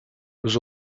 was